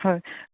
হয়